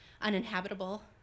uninhabitable